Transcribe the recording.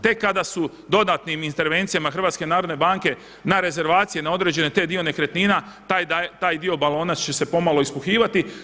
Tek kada su dodatnim intervencijama HNB-a na rezervacije na određeni dio nekretnina taj dio balona će se pomalo ispuhivati.